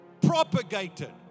propagated